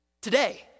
Today